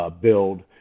build